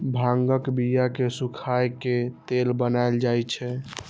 भांगक बिया कें सुखाए के तेल बनाएल जाइ छै